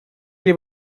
либо